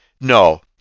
No